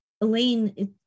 Elaine